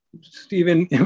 Stephen